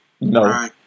No